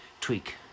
Tweak